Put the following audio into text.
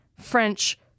French